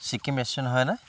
চিকিম restaurant হয়নে